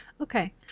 Okay